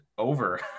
over